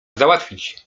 załatwić